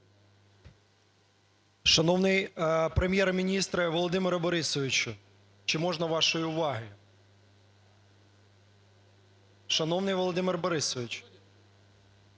Шановний Прем'єр-міністре Володимире Борисовичу, чи можна вашої уваги? Шановний Володимире Борисовичу,